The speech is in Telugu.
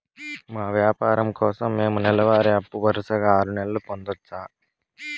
మా వ్యాపారం కోసం మేము నెల వారి అప్పు వరుసగా ఆరు నెలలు పొందొచ్చా?